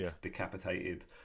decapitated